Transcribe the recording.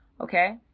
Okay